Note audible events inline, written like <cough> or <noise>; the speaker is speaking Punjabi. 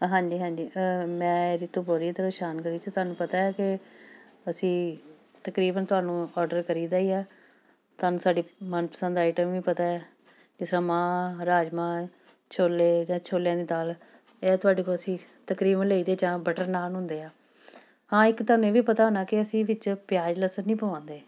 ਹਾਂਜੀ ਹਾਂਜੀ ਮੈਂ ਜਦੋਂ ਰਿਤੂ ਬੋਲ ਰਹੀ ਐ <unintelligible> ਚੋਂ ਤੁਹਾਨੂੰ ਪਤਾ ਕਿ ਅਸੀਂ ਤਕਰੀਬਨ ਤੁਹਾਨੂੰ ਔਡਰ ਕਰੀਦਾ ਹੀ ਆ ਤੁਹਾਨੂੰ ਸਾਡੀ ਮਨਪਸੰਦ ਆਈਟਮ ਵੀ ਪਤਾ ਜਿਸ ਤਰ੍ਹਾਂ ਮਾਂਹ ਰਾਜਮਾਂਹ ਛੋਲੇ ਜਾਂ ਛੋਲਿਆਂ ਦੀ ਦਾਲ ਇਹ ਤੁਹਾਡੇ ਕੋਲ ਅਸੀਂ ਤਕਰੀਬਨ ਲਈਦੇ ਜਾਂ ਬਟਨ ਨਾਨ ਹੁੰਦੇ ਆ ਹਾਂ ਇੱਕ ਤੁਹਾਨੂੰ ਇਹ ਵੀ ਪਤਾ ਹੋਣਾ ਕਿ ਅਸੀਂ ਵਿੱਚ ਪਿਆਜ ਲਸਣ ਨਹੀਂ ਪਵਾਉਂਦੇ